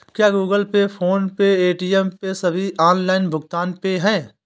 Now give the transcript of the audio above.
क्या Google Pay PhonePe Paytm ये सभी ऑनलाइन भुगतान ऐप हैं?